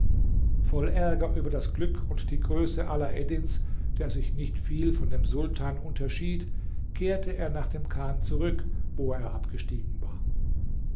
voll ärger über das glück und die größe alaeddins der sich nicht viel von dem sultan unterschied kehrte er nach dem chan zurück wo er abgestiegen war